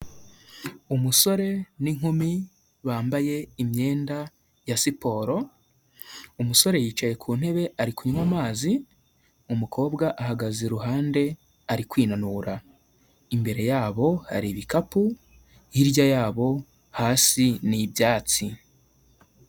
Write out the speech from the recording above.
Umusore n'inkumi bambaye imyenda ya siporo, umusore yicaye ku ntebe ari kunywa amazi, umukobwa ahagaze iruhande ari kwinanura, imbere yabo hari ibikapu hirya yabo hasi ni ibyatsi.